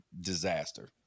disaster